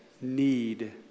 need